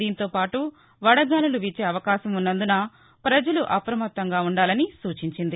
దీంతో పాటు వడగాలులు వీచే అవకాశం ఉన్నందున ప్రపజలు అప్రమత్తంగా ఉండాలని సూచించింది